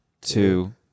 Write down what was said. two